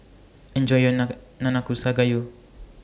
Enjoy your Nanakusa Gayu